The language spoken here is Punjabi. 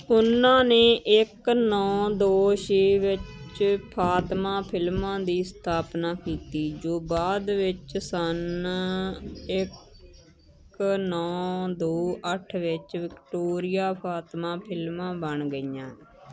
ਉਹਨਾਂ ਨੇ ਇੱਕ ਨੌ ਦੋ ਛੇ ਵਿੱਚ ਫਾਤਿਮਾ ਫਿਲਮਾਂ ਦੀ ਸਥਾਪਨਾ ਕੀਤੀ ਜੋ ਬਾਅਦ ਵਿੱਚ ਸੰਨ ਇੱਕ ਨੌ ਦੋ ਅੱਠ ਵਿੱਚ ਵਿਕਟੋਰੀਆ ਫਾਤਿਮਾ ਫਿਲਮਾਂ ਬਣ ਗਈਆਂ